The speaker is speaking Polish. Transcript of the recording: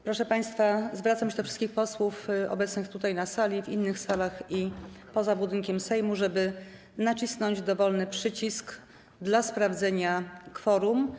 Proszę państwa, zwracam się do wszystkich posłów obecnych tutaj na sali, w innych salach i poza budynkiem Sejmu, o naciśnięcie dowolnego przycisku w celu sprawdzenia kworum.